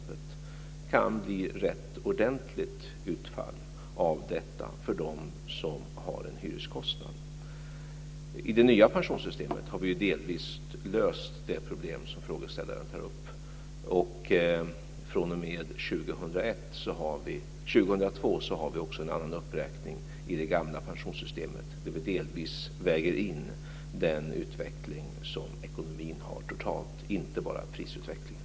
Det kan bli ett rätt ordentligt utfall av detta för dem som har en hyreskostnad. I det nya pensionssystemet har vi delvis löst det problem som frågeställaren tar upp, och fr.o.m. 2002 har vi också en annan uppräkning i det gamla pensionssystemet, där vi delvis väger in den utveckling som ekonomin har totalt, inte bara prisutvecklingen.